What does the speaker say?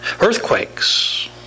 earthquakes